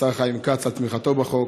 השר חיים כץ, על תמיכתו בחוק,